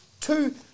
two